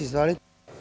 Izvolite.